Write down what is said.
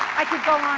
i could go